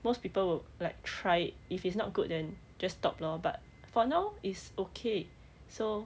most people will like try it if it's not good then just stop lor but for now is okay so